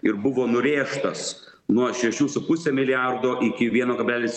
ir buvo nurėžtas nuo šešių su puse milijardo iki vieno kablelis